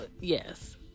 Yes